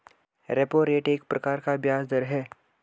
repo rate एक प्रकार का ब्याज़ दर है